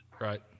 Right